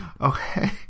okay